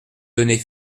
donnée